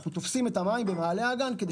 אנחנו תופסים את המים במעלה האגן כדי